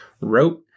wrote